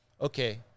Okay